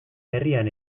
herrian